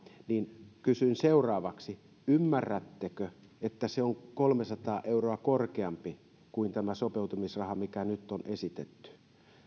niin kysyin seuraavaksi että ymmärrättekö että se on kolmesataa euroa korkeampi kuin tämä sopeutumisraha mikä nyt on esitetty